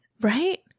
Right